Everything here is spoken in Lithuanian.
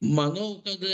manau kad